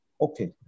Okay